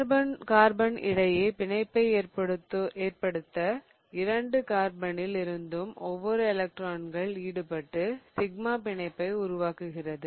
carbon carbon இடையே பிணைப்பை ஏற்படுத்த இரண்டு கார்பனில் இருந்தும் ஒவ்வொரு எலக்ட்ரான்கள் ஈடுபட்டு சிக்மா பிணைப்பை உருவாக்குகிறது